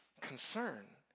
concern